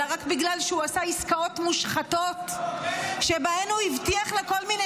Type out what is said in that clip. אלא רק בגלל שהוא עשה עסקאות מושחתות שבהן הוא הבטיח לכל מיני